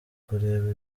kureba